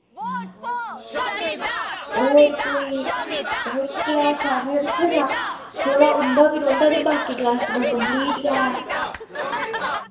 होर कोई होर क्लास सैवंथ दा थोह्ड़ा उं'दा बी रौंह्दा ते बाकी क्लासें दा कम्पलीट गै ऐ